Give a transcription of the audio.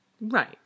Right